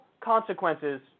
consequences